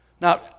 Now